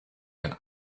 ein